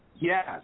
Yes